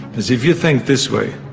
cause if you think this way,